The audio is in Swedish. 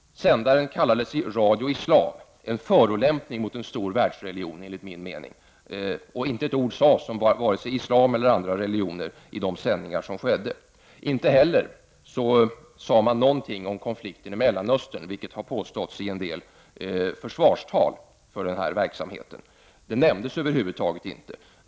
Sändaren kallades sig Radio Islam — en förolämpning mot en stor världsreligion enligt min mening. Inte ett ord sades om vare sig islam eller andra religioner i de sändningar som skedde. Inte heller sade man någonting om konflikten i Mellanöstern, vilket har påståtts i en del försvarstal för denna verksamhet. Det nämndes över huvud taget inte.